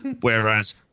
Whereas